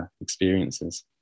experiences